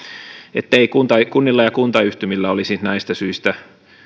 ettei kunnilla ja kuntayhtymillä olisi näistä syistä